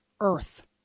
earth